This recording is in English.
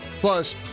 Plus